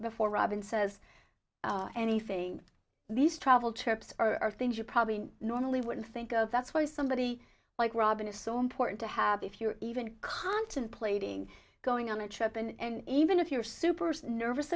before robin says anything these travel trips are things you probably normally wouldn't think of that's why somebody like robin is so important to have if you're even contemplating going on a trip and even if you're super nervous